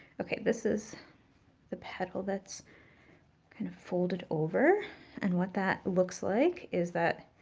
okay, this is the petal that's kind of folded over and what that looks like is that